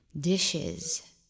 dishes